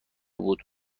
بود